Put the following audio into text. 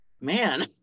man